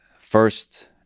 first